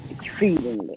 Exceedingly